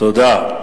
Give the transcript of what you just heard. תודה.